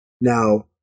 Now